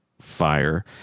fire